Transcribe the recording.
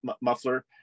muffler